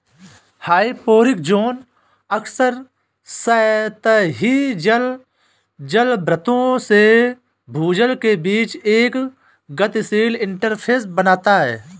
hyporheic zone अक्सर सतही जल जलभृतों से भूजल के बीच एक गतिशील इंटरफ़ेस बनाता है